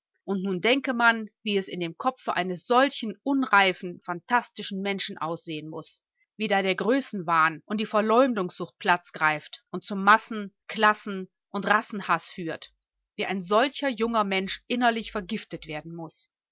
und nun denke man wie es in dem kopfe eines solchen unreifen phantastischen menschen aussehen muß wie da der größenwahn und die verleumdungssucht platz greift und zum massen klassen und rassenhaß führt wie ein solcher cher junger mensch innerlich vergiftet werden muß